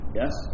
yes